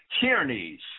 tyrannies